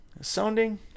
sounding